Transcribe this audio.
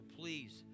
please